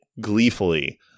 gleefully